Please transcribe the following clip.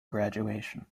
graduation